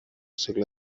segle